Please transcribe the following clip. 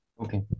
Okay